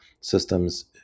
systems